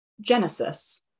Genesis